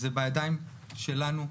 זה בידיים שלנו.